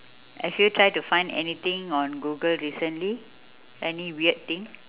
have you tried to find anything on google recently any weird thing